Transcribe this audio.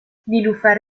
نیلوفر